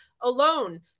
alone